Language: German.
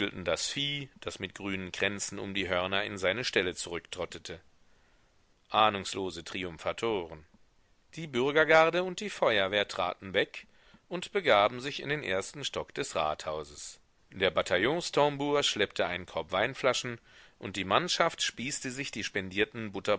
das vieh das mit grünen kränzen um die hörner in seine ställe zurücktrottete ahnungslose triumphatoren die bürgergarde und die feuerwehr traten weg und begaben sich in den ersten stock des rathauses der bataillonstambour schleppte einen korb weinflaschen und die mannschaft spießte sich die spendierten